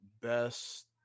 best